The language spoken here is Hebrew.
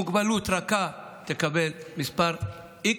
מוגבלות רכה תקבל מספר x,